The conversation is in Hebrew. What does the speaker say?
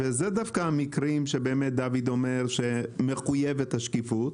ואלה דווקא המקרים שבאמת דוד אומר שמחויבת השקיפות,